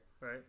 Right